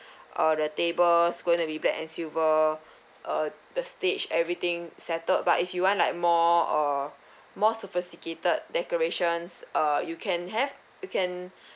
uh the table it's going to be black and silver uh the stage everything settled but if you want like more uh more sophisticated decorations uh you can have you can